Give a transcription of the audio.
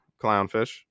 clownfish